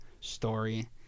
story